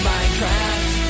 Minecraft